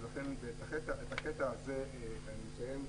את הקטע הזה אני מסיים,